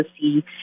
see